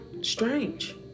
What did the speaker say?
strange